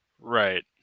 right